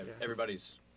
Everybody's